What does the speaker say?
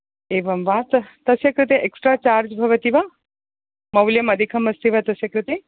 एवं वा तस्य कृते एक्स्ट्रा चार्ज् भवति वा मौल्यम् अधिकम् अस्ति वा तस्य कृते